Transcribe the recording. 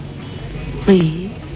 Please